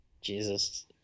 Jesus